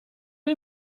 you